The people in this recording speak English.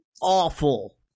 awful